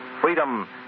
Freedom